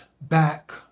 back